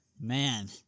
Man